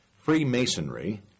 Freemasonry